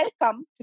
welcome